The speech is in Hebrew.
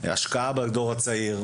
השקעה בדור הצעיר,